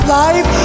life